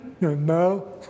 No